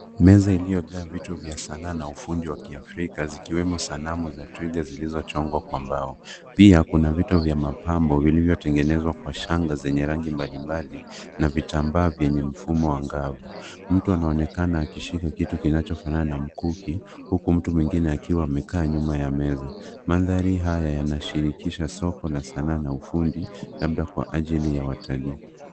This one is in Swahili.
Meza iliyojaa vitu vya sanaa na ufundi wa kiafrika zikiwemo sanamu za twiga zilizochongwa kwa mbao. Pia kuna vitu vya mapambo vilivyotengenezwa kwa shanga zenye rangi mbalimbali na vitambaa vyenye mfumo angavu. Mtu anaonekana akishika kitu kinachofanana na mkuki, huku mtu mwingine akiwa amekaa nyuma ya meza. Mandhari haya yanashirikisha soko na sanaa na ufundi labda kwa ajili ya watalii.